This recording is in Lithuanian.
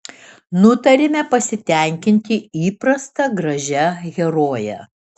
nutarėme pasitenkinti įprasta gražia heroje